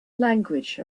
language